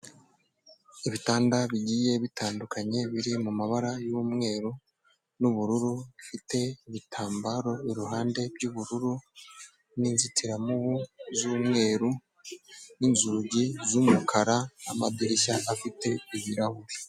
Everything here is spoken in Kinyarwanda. Ibitanda bigiye bitandukanye biri mu mabara y'umweru n'ubururu, bifite ibitambaro iruhande by'ubururu n'inzitiramubu z'umweru n'inzugi z'umukara n'amadirishya afite ibirahure.